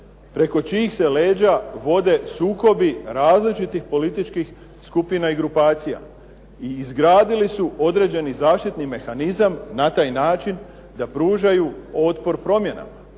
preko čijih se leđa vode sukobi različitih političkih skupina i grupacija. I izgradili su određeni zaštitni mehanizam na taj način da pružaju otpor promjenama,